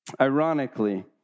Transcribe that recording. ironically